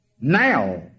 now